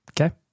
Okay